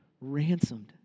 ransomed